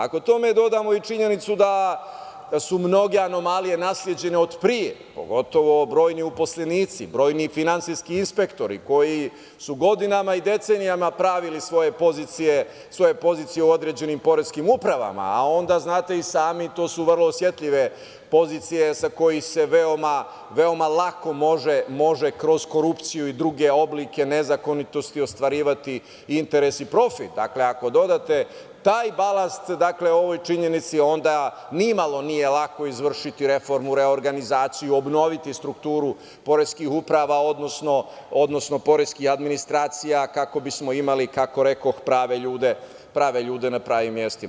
Ako tome dodamo i činjenicu da su mnoge anomalije nasleđene od pre, pogotovo brojni uposlenici, brojni finansijski inspektori koji su godinama i decenijama pravili svoje pozicije u određenim poreskim upravama, a onda, znate i sami, to su vrlo osetljive pozicije sa kojih se veoma lako može kroz korupciju i druge oblike nezakonitosti ostvarivati interes i profit, ako dodate taj balast ovoj činjenici onda nimalo nije lako izvršiti reformu, reorganizaciju, obnoviti strukturu poreskih uprava, odnosno poreskih administracija kako bismo imali, kako rekoh, prave ljude na pravim mestima.